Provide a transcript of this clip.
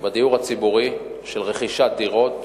של רכישת דירות